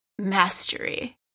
mastery